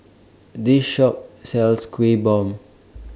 This Shop sells Kuih Bom